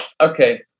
okay